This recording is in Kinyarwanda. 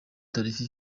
tariki